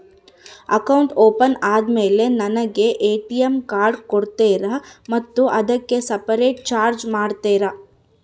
Account open ಆದಮೇಲೆ ನನಗೆ ATM card ಕೊಡ್ತೇರಾ ಮತ್ತು ಅದಕ್ಕೆ ಸಪರೇಟ್ ಚಾರ್ಜ್ ಮಾಡ್ತೇರಾ?